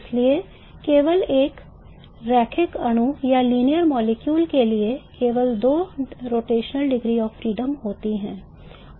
इसलिए केवल एक रैखिक अणु के लिए केवल दो rotational degrees of freedom होती हैं